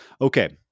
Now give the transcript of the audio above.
Okay